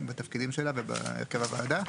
בתפקידים שלה ובהרכב הוועדה,